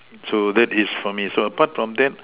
so that is for me so apart from that